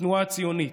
התנועה הציונית,